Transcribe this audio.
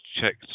checked